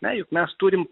ne juk mes turim